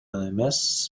эмес